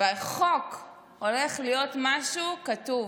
בחוק הולך להיות משהו כתוב.